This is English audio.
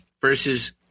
versus